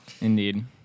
Indeed